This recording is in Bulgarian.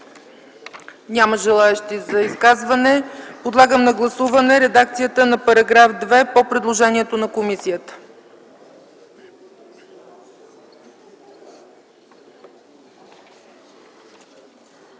Няма желаещи за изказвания. Подлагам на гласуване редакцията на § 2 по предложението на комисията.